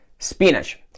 Spinach